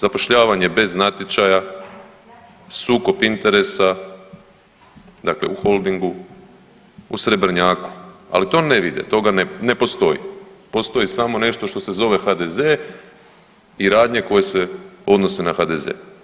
Zapošljavanje bez natječaja, sukob interesa, dakle u Holdingu, u Srebrnjaku, ali to ne vide, toga ne, ne postoji, postoji samo nešto što se zove HDZ i radnje koje se odnose na HDZ.